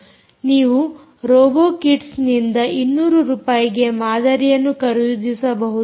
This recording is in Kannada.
ನೀವು ರೋಬೊ ಕಿಟ್ಸ್ನಿಂದ 200 ರೂಪಾಯಿಗೆ ಮಾದರಿಯನ್ನು ಖರೀದಿಸಬಹುದು